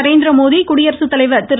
நரேந்திரமோதி குடியரசுத்தலைவர் திரு